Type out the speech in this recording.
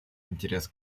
интерес